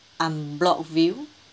unblocked view